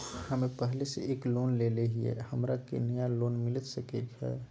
हमे पहले से एक लोन लेले हियई, हमरा के नया लोन मिलता सकले हई?